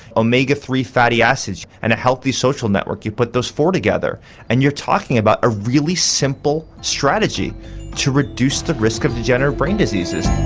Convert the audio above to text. omega three fatty acids and a healthy social network you put those four together and you're talking about a really simple strategy to reduce the risk of degenerative brain diseases.